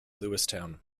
lewistown